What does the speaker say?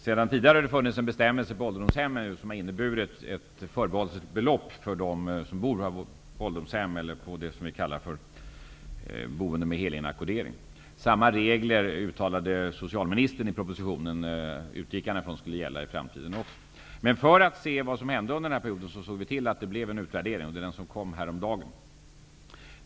Sedan tidigare har det funnits en bestämmelse när det gäller ålderdomshem om ett förbehållsbelopp. Socialministern uttalade i propositionen att han utgick ifrån att samma regler skulle gälla i framtiden. Men vi såg också till att det skulle göras en utvärdering, och det var denna utvärdering som presenterades häromdagen.